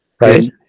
Right